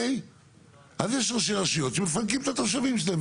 אז יש רשויות שמפנקים את התושבים שלהם,